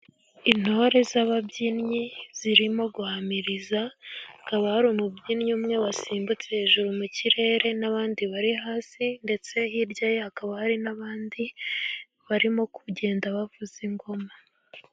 Intore z'ababyinnyi zirimo guhamiriza . Haba hari umubyinnyi umwe wasimbutse hejuru mu kirere , n'abandi bari hasi ndetse hirya ye hakaba hari n'abandi barimo kugenda bavuza ingoma.